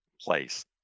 place